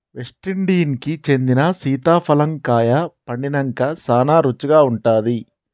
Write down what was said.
West Indies కి చెందిన సీతాఫలం కాయ పండినంక సానా రుచిగా ఉంటాది